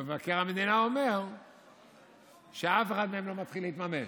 ומבקר המדינה אומר שאף אחד מהם לא מתחיל להתממש.